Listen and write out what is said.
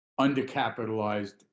undercapitalized